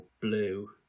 blue